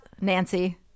Nancy